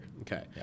okay